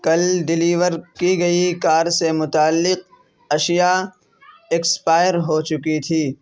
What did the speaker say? کل ڈلیور کی گئی کار سے متعلق اشیاء ایکسپائر ہو چکی تھی